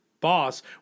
boss